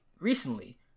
recently